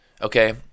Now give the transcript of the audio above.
okay